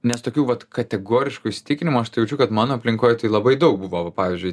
nes tokių vat kategoriškų įsitikinimų aš taibjaučiu kad mano aplinkoj tai labai daug buvo pavyzdžiui